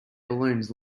balloons